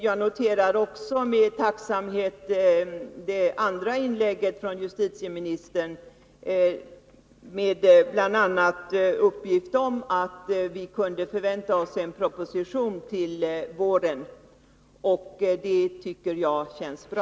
Jag noterar också med tacksamhet det som justitieministern sade i sitt andra inlägg, där han bl.a. lämnade uppgift om att vi kunde förvänta oss en proposition till våren — det tycker jag är bra.